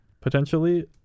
potentially